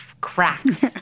cracks